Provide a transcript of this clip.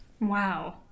Wow